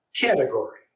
category